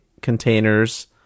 containers